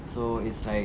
so it's like